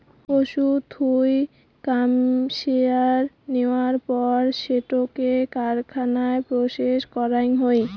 পশুর থুই কাশ্মেয়ার নেয়ার পর সেটোকে কারখানায় প্রসেস করাং হই